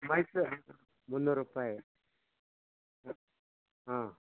ಮೈಸೂರು ಮುನ್ನೂರು ರೂಪಾಯಿ ಹಾಂ